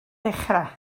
dechrau